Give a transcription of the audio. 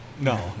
No